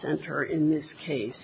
center in this case